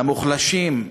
למוחלשים,